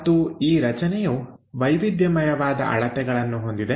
ಮತ್ತು ಈ ರಚನೆಯು ವೈವಿಧ್ಯಮಯವಾದ ಅಳತೆಗಳನ್ನು ಹೊಂದಿದೆ